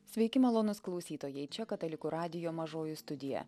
sveiki malonūs klausytojai čia katalikų radijo mažoji studija